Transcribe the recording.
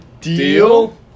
deal